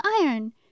iron